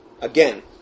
Again